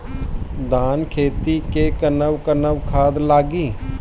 धान के खेती में कवन कवन खाद लागी?